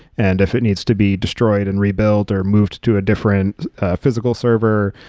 and if it needs to be destroyed and rebuilt or moved to a different physical server,